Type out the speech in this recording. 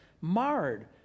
marred